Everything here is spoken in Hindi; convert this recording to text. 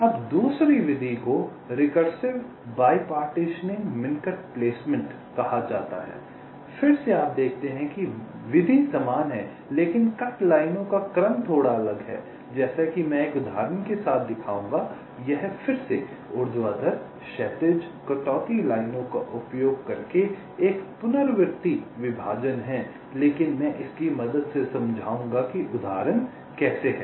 अब दूसरी विधि को रिकर्सिव बाईपार्टिशनिंग मिन्कट प्लेसमेंट कहा जाता है फिर से आप देखते हैं कि विधि समान है लेकिन कट लाइनों का क्रम थोड़ा अलग है जैसा कि मैं एक उदाहरण के साथ दिखाऊंगा यह फिर से ऊर्ध्वाधर क्षैतिज कटौती लाइनों का उपयोग करके एक पुनरावर्ती विभाजन है लेकिन मैं इसकी मदद से समझाऊंगा कि उदाहरण कैसे है